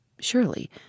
Surely